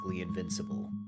invincible